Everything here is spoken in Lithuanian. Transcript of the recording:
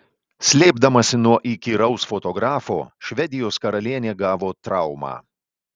slėpdamasi nuo įkyraus fotografo švedijos karalienė gavo traumą